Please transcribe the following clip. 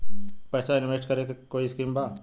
पैसा इंवेस्ट करे के कोई स्कीम बा?